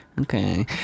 okay